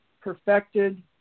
perfected